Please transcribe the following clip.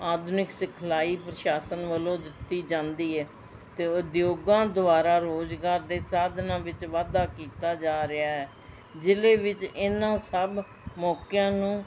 ਆਧੁਨਿਕ ਸਿਖਲਾਈ ਪ੍ਰਸ਼ਾਸਨ ਵੱਲੋਂ ਦਿੱਤੀ ਜਾਂਦੀ ਹੈ ਅਤੇ ਉਦਯੋਗਾਂ ਦੁਆਰਾ ਰੁਜ਼ਗਾਰ ਦੇ ਸਾਧਨਾਂ ਵਿੱਚ ਵਾਧਾ ਕੀਤਾ ਜਾ ਰਿਹਾ ਹੈ ਜ਼ਿਲ੍ਹੇ ਵਿੱਚ ਇਹਨਾਂ ਸਭ ਮੌਕਿਆਂ ਨੂੰ